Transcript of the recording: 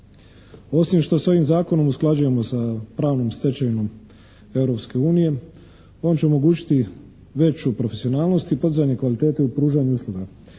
Osim što se ovim zakonom usklađujemo sa pravnom stečevinom Europske unije on će omogućiti veću profesionalnost i podizanje kvalitete u pružanju usluga.